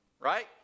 Right